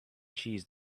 cheese